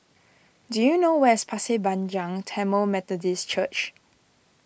do you know where's Pasir Panjang Tamil Methodist Church